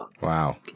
Wow